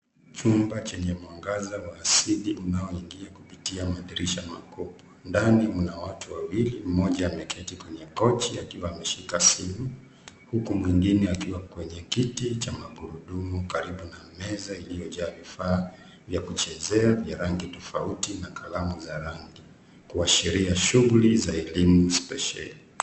Chumba chenye mwangaza wa asili unaoingia kupitia madirisha makuu. Ndani mna watu wawili, mmoja ameketi kwenye kochi akiwa ameshika simu, huku mwenine akiwa kwenye kiti cha magurudumu karibu na meza iliyo na vifaa vya kuchezea vya rangi tofauti na kalamu za rangi kuashiria shughuli za elimu spesheli.